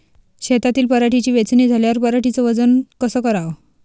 शेतातील पराटीची वेचनी झाल्यावर पराटीचं वजन कस कराव?